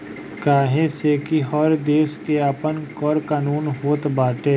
काहे से कि हर देस के आपन कर कानून होत बाटे